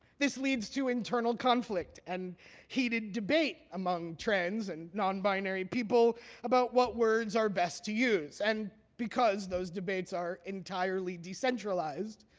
this leads to internal conflict and heated debate among trans and non-binary people about what words are best to use. and because those debates are entirely decentralized,